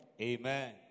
Amen